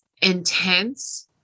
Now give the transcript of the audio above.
intense